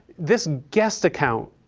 this guest account.